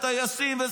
הטייסים.